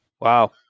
Wow